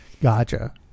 Gotcha